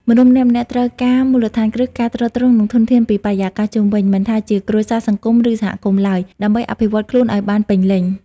មនុស្សម្នាក់ៗត្រូវការមូលដ្ឋានគ្រឹះ ការទ្រទ្រង់ និងធនធានពីបរិយាកាសជុំវិញ មិនថាជាគ្រួសារ សង្គម ឬសហគមន៍ឡើយ ដើម្បីអភិវឌ្ឍន៍ខ្លួនឲ្យបានពេញលេញ។